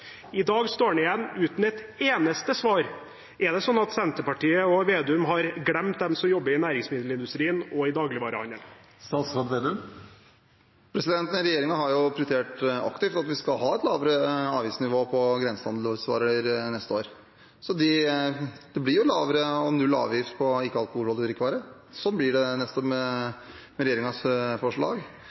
I dag står finansministeren igjen uten et eneste svar. Er det sånn at Senterpartiet og Slagsvold Vedum har glemt dem som jobber i næringsmiddelindustrien og i dagligvarehandelen? Nei – regjeringen har jo aktivt prioritert at vi skal ha et lavere avgiftsnivå på grensehandelsvarer neste år. Så det blir lavere avgifter og null avgift på ikke alkoholholdige drikkevarer. Sånn blir det neste år med regjeringens forslag.